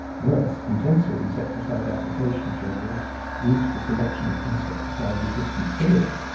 worse, intensive insecticide application schedules lead to the selection of insecticide-resistant psyllids.